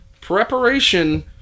Preparation